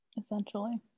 Essentially